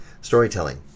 storytelling